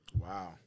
Wow